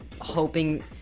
hoping